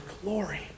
glory